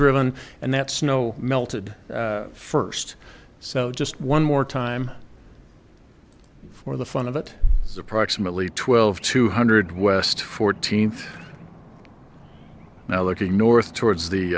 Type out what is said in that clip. driven and that snow melted first so just one more time for the fun of it is approximately twelve two hundred west fourteenth now looking north towards the